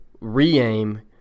re-aim